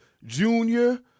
Junior